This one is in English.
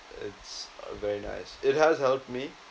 it's a very nice it has helped me